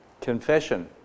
confession